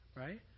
right